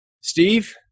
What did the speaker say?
Steve